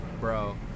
bro